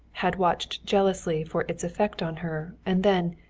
had watched jealously for its effect on her, and then,